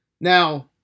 Now